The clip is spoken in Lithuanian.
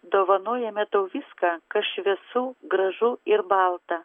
dovanojame tau viską kas šviesu gražu ir balta